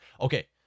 Okay